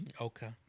Okay